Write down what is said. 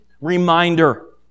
reminder